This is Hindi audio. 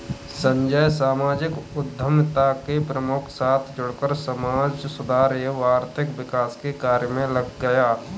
संजय सामाजिक उद्यमिता के प्रमुख के साथ जुड़कर समाज सुधार एवं आर्थिक विकास के कार्य मे लग गया